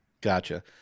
Gotcha